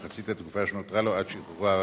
למחצית התקופה שנותרה לו עד שחרורו הרגיל.